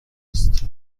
است